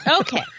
Okay